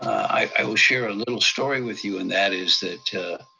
i will share a little story with you, and that is that